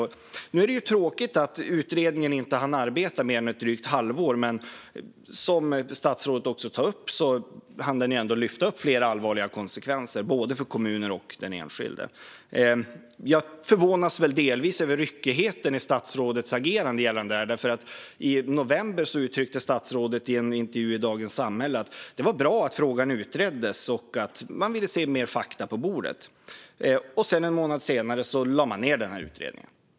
Det är tråkigt att utredningen inte hann arbeta mer än drygt ett halvår, men som statsrådet också tar upp hann den ändå lyfta fram flera allvarliga konsekvenser för både kommuner och enskilda. Jag förvånas väl delvis över ryckigheten i statsrådets agerande gällande detta. I november uttryckte statsrådet i en intervju i Dagens Samhälle att det var bra att frågan utreddes och att man ville se mer fakta på bordet. Men en månad senare lade man ned utredningen.